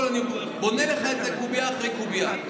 אני בונה לך את זה קובייה אחרי קובייה.